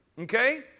Okay